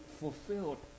fulfilled